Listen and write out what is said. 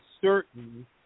certain